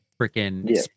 freaking